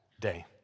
day